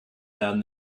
found